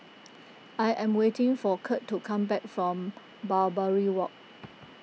I am waiting for Kurt to come back from Barbary Walk